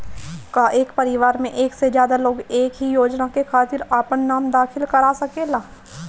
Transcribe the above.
का एक परिवार में एक से ज्यादा लोग एक ही योजना के खातिर आपन नाम दाखिल करा सकेला?